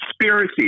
conspiracy